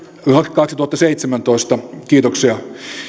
kaksituhattaseitsemäntoista kiitoksia